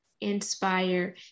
inspire